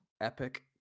epic